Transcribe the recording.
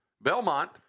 Belmont